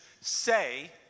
Say